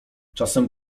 czasem